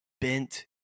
bent